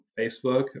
Facebook